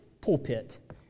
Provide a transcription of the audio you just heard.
pulpit